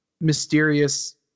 mysterious